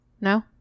No